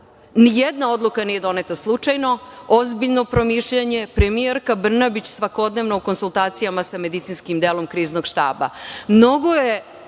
štaba. Nijedna odluka nije doneta slučajno, ozbiljno promišljanje, premijerka Brnabić svakodnevno u konsultacijama sa medicinskim delom kriznog štaba.